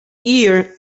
year